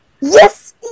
Yes